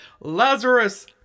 Lazarus